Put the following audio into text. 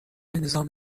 نظام